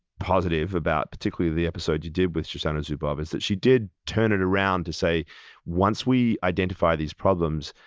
positive, about particularly the episode you did with shoshana zuboff is that she did turn it around to say once we identify these problems,